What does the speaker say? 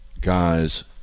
guys